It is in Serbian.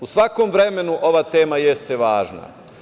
U svakom vremenu ova tema jeste važna.